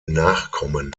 nachkommen